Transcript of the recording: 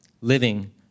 living